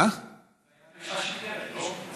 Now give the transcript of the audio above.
זו הייתה דרישה של דרעי, לא?